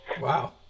Wow